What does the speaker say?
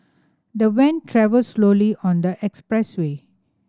the van travelled slowly on the expressway